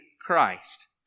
Christ